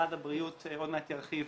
משרד הבריאות ועוד מעט אודי ירחיב